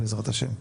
בעזרת השם.